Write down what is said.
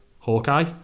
Hawkeye